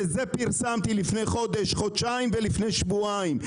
את זה פרסמתי לפני חודש, חודשיים ולפני שבועיים.